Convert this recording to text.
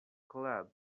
club